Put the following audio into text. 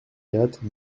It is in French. quatre